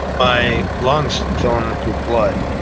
my lungs fill and blood,